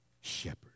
shepherd